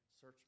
Search